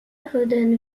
redonne